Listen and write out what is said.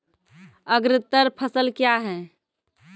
अग्रतर फसल क्या हैं?